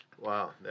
Wow